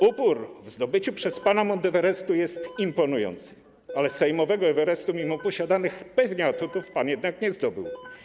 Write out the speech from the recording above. Upór w zdobyciu przez pana Mount Everestu jest imponujący, ale sejmowego Everestu mimo posiadanych zapewne atutów pan jednak nie zdobył.